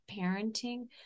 parenting